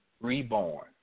reborn